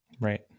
right